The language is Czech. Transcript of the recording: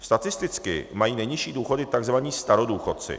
Statisticky mají nejnižší důchody tzv. starodůchodci.